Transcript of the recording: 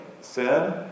Sin